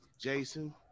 Jason –